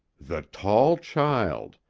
the tall child.